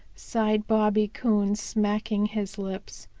sighed bobby coon, smacking his lips.